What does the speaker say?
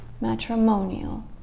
matrimonial